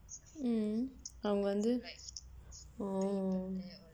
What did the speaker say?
mm அவங்கள் வந்து:avangkal vandthu